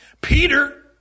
Peter